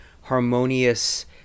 harmonious